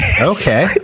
Okay